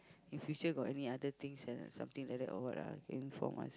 in future got any other things uh something like that or what ah you inform us